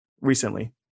recently